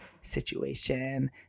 situation